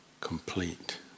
complete